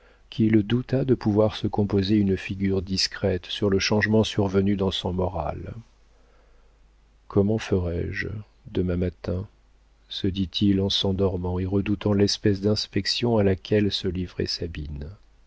qu'il douta de pouvoir se composer une figure discrète sur le changement survenu dans son moral comment ferai-je demain matin se dit-il en s'endormant et redoutant l'espèce d'inspection à laquelle se livrait sabine